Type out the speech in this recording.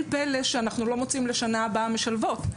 פלא שאנחנו לא מוצאים לשנה הבאה משלבות.